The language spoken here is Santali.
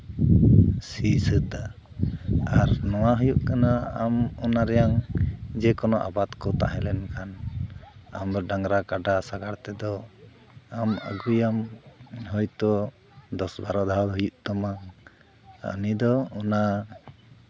ᱥᱤ ᱥᱟᱹᱛᱟ ᱟᱨ ᱱᱚᱣᱟ ᱦᱩᱭᱩᱜ ᱠᱟᱱᱟ ᱟᱢ ᱚᱱᱟ ᱨᱮᱭᱟᱝ ᱡᱮᱠᱚᱱᱳ ᱟᱵᱟᱫ ᱠᱚ ᱛᱟᱦᱮᱸ ᱞᱮᱱᱠᱷᱟᱱ ᱟᱢᱫᱚ ᱰᱟᱝᱨᱟ ᱠᱟᱰᱟ ᱥᱟᱸᱜᱟᱲ ᱛᱮᱫᱚ ᱟᱢ ᱟᱹᱜᱩᱭᱟᱢ ᱦᱚᱭᱛᱳ ᱫᱚᱥ ᱵᱟᱨᱚ ᱫᱷᱟᱣ ᱦᱩᱭᱩᱜ ᱛᱟᱢᱟ ᱩᱱᱤ ᱫᱚ ᱚᱱᱟ